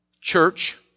church